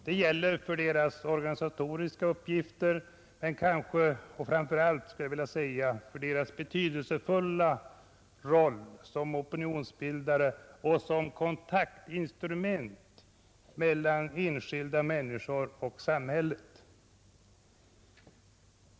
Det gäller för deras organisatoriska uppgifter men kanske framför allt för deras betydelsefulla roll som opinionsbildare och som kontaktinstrument mellan enskilda människor och samhället.